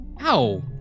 ow